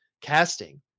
casting